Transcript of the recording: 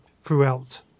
throughout